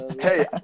Hey